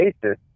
basis